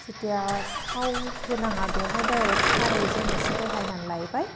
जेथिया थाव होनाङा बेयावहाय डाइरेक्ट खारैजों एसे रहायनानै लायबाय